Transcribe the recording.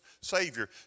Savior